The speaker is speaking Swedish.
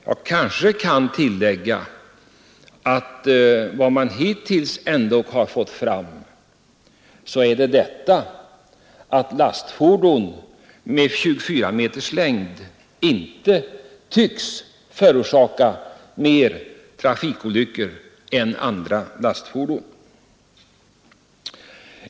Jag kanske kan tillägga att vad man hittills ändock har fått fram är att lastfordon med 24 meters längd inte tycks förorsaka flera trafikolyckor än andra lastfordon.